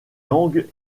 langues